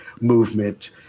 movement